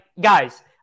guys